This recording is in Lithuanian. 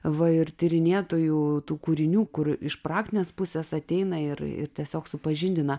va ir tyrinėtojų tų kūrinių kur iš praktinės pusės ateina ir ir tiesiog supažindina